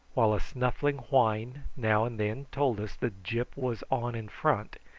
while a snuffling whine now and then told us that gyp was on in front,